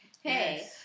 hey